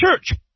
church